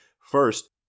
First